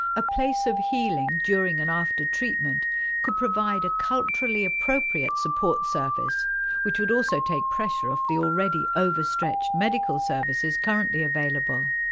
a place of healing during and after treatment could provide a culturally appropriate support service which would also take pressure off the already over stretched medical services currently available.